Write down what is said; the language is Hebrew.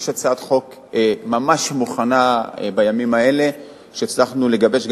יש בימים האלה הצעת חוק ממש מוכנה שהצלחנו לגבש,